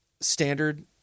standard